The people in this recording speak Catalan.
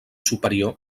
superior